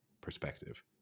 perspective